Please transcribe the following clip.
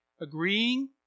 agreeing